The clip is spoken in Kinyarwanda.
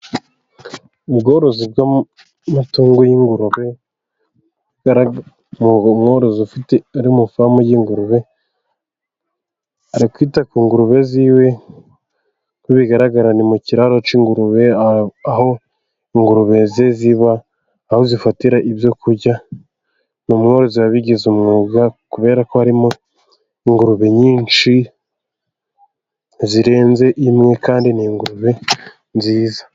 Ubworozi bw'amatungo y'ingurube ari mufamu y'ingurube, arikwita ku ngurube ziwe ko bigaragara ni mu kiraro cy'ingurube aho ingurube ze ziba aho zifatira ibyo kurya. Ni umworozi wabigize umwuga kubera ko harimo ingurube nyinshi zirenze imwe kandi ni ingurube nziza.